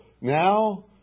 Now